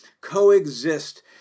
coexist